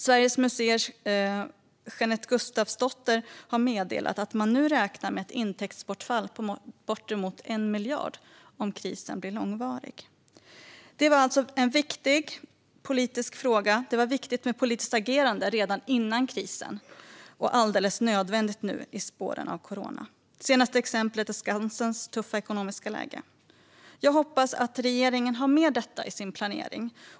Sveriges Museers Jeanette Gustafsdotter har meddelat att man nu räknar med ett intäktsbortfall på bortemot 1 miljard om krisen blir långvarig. Det var alltså en viktig politisk fråga och viktigt med ett politiskt agerande redan före krisen, och det är alldeles nödvändigt i spåren av corona. Det senaste exemplet är Skansens tuffa ekonomiska läge. Jag hoppas att regeringen har med detta i sin planering.